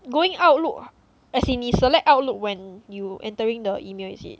going outlook as in 你 select outlook when you entering the email is it